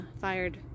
fired